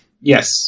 Yes